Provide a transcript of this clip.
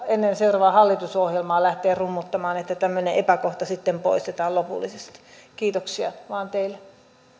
ennen seuraavaa hallitusohjelmaa lähteä rummuttamaan että tämmöinen epäkohta sitten poistetaan lopullisesti kiitoksia vain teille